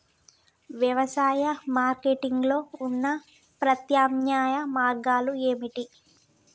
వ్యవసాయ మార్కెటింగ్ లో ఉన్న ప్రత్యామ్నాయ మార్గాలు ఏమిటి?